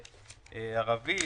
ערבית,